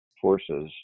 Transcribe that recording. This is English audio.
forces